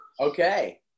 Okay